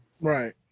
Right